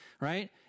right